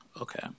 Okay